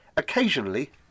Occasionally